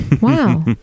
wow